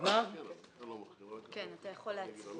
אתה יכול להצביע.